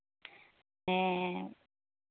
ᱦᱮᱸ